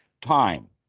time